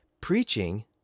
preaching